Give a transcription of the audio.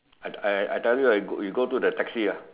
I I I tell you right you go to the taxi ah